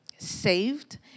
saved